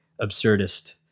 absurdist